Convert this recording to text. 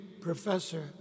professor